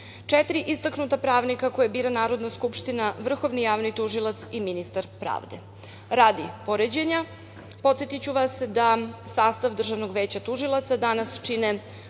četiri istaknuta pravnika koje bira Narodna skupština, Vrhovni javni tužilac i ministar pravde. Radi poređenja, podsetiću vas da sastav Državnog veća tužilaca danas čine